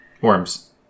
Worms